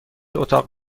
اتاق